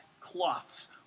cloths